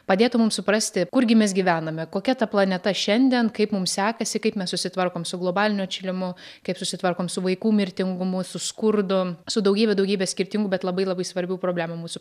padėtų mum suprasti kurgi mes gyvename kokia ta planeta šiandien kaip mum sekasi kaip mes susitvarkom su globaliniu atšilimu kaip susitvarkom su vaikų mirtingumu su skurdu su daugybe daugybę skirtingų bet labai labai svarbių problemų mūsų